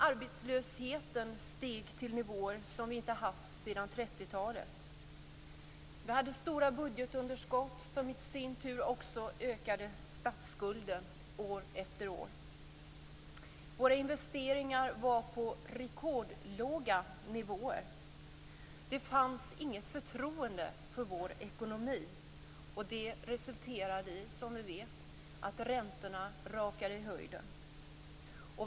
Arbetslösheten steg till nivåer som vi inte haft sedan 30-talet. Vi hade stora budgetunderskott som i sin tur också ökade statsskulden år efter år. Våra investeringar var på rekordlåga nivåer. Det fanns inget förtroende för vår ekonomi, och det resulterade som vi vet i att räntorna rakade i höjden.